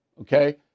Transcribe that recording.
okay